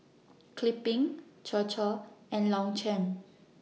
Kipling Chir Chir and Longchamp